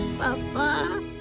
Papa